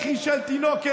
בכי של תינוקת,